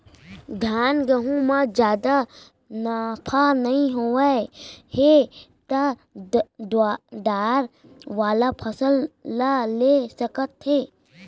धान, गहूँ म जादा नफा नइ होवत हे त दार वाला फसल ल ले सकत हे